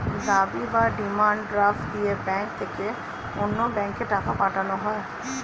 দাবি বা demand draft দিয়ে ব্যাংক থেকে অন্য ব্যাংকে টাকা পাঠানো হয়